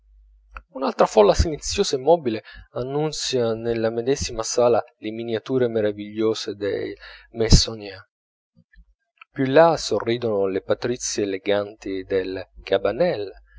un'altra folla silenziosa e immobile annunzia nella medesima sala le miniature meravigliose del meissonnier più in là sorridono le patrizie eleganti del cabanel